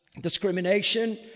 discrimination